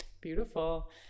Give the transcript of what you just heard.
beautiful